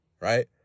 right